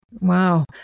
Wow